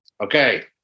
okay